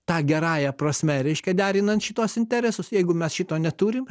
ta gerąja prasme reiškia derinant šituos interesus jeigu mes šito neturim